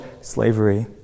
slavery